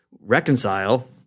reconcile